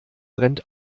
brennt